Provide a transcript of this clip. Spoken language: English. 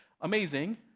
amazing